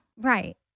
Right